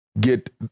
get